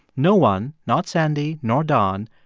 no one, not sandy nor don,